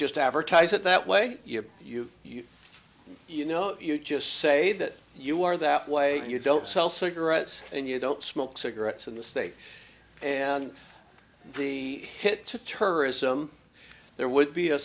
just advertise it that way you know you you know you just say that you are that way you don't sell cigarettes and you don't smoke cigarettes in the states and be hit to target some there would be a